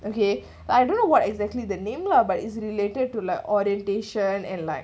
okay but I don't know what exactly the name lah but it's related to like orientation and like